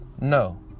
No